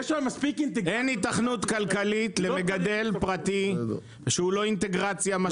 אין היתכנות כלכלית למגדל פרטי שהוא לא אינטגרציה.